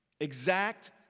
Exact